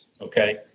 okay